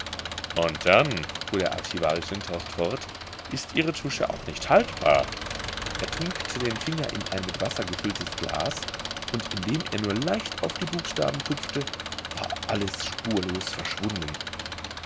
und dann fuhr der archivarius lindhorst fort ist ihre tusche auch nicht haltbar er tunkte den finger in ein mit wasser gefülltes glas und indem er nur leicht auf die buchstaben tupfte war alles spurlos verschwunden